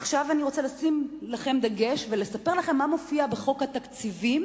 עכשיו אני רוצה לשים בזה דגש ולספר לכם מה מופיע בחוק התקציב,